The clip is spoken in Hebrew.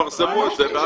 יפרסמו את זה ואז זה יהיה.